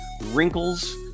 wrinkles